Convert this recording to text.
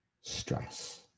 stress